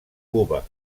cuba